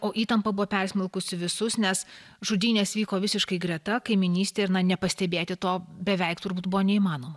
o įtampa buvo persmelkusi visus nes žudynės vyko visiškai greta kaimynystėj ir na nepastebėti to beveik turbūt buvo neįmanoma